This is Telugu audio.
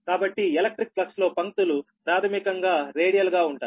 కాబట్టి ఎలక్ట్రిక్ ఫ్లక్స్ లో పంక్తులు ప్రాథమికంగా రేడియల్ గా ఉంటాయి